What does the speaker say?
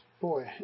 boy